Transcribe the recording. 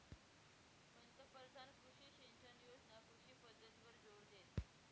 पंतपरधान कृषी सिंचन योजना कृषी पद्धतवर जोर देस